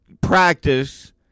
practice